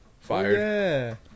Fired